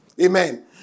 Amen